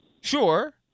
Sure